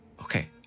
okay